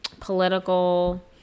political